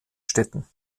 städten